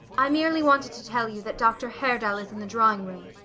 i merely wanted to tell you that dr. herdal is in the drawing-room.